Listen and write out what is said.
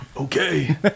Okay